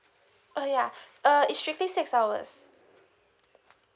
uh yeah uh it's strictly six hours